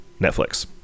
Netflix